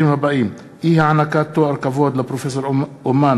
הבאים: אי-הענקת תואר כבוד לפרופסור אומן